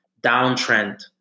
downtrend